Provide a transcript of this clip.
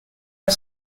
are